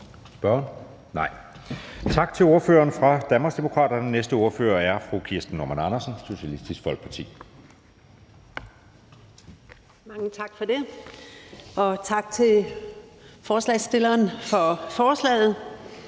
Spørgeren? Nej. Tak til ordføreren for Danmarksdemokraterne. Næste ordfører er fru Kirsten Normann Andersen, Socialistisk Folkeparti. Kl. 11:56 (Ordfører) Kirsten Normann Andersen (SF): Mange